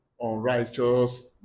unrighteous